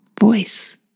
voice